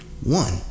One